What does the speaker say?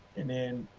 and then,